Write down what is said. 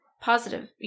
positive